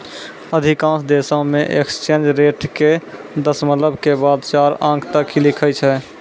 अधिकांश देशों मे एक्सचेंज रेट के दशमलव के बाद चार अंक तक लिखै छै